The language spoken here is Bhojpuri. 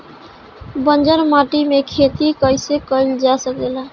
बंजर माटी में खेती कईसे कईल जा सकेला?